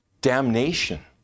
damnation